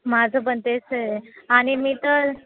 माझं पण तेचं आहे आणि मी तर